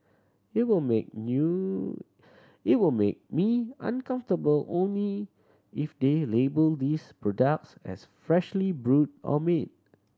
it will make you it will make me uncomfortable only if they label these products as freshly brewed or made